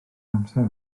amser